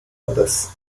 alles